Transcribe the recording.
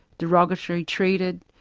derogatorily treated,